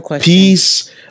peace